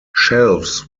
shelves